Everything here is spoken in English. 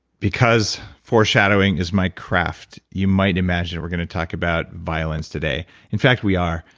because foreshadowing is my craft, you might imagine we're gonna talk about violence today. in fact, we are.